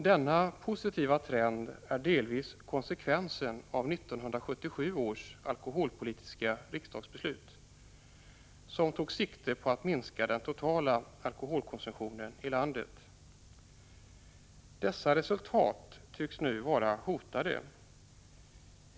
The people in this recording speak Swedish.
Denna positiva trend är delvis konsekvensen av 1977 års alkoholpolitiska riksdagsbeslut, som tog sikte på att minska den totala alkoholkonsumtionen i landet. Dessa resultat tycks nu vara hotade.